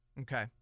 Okay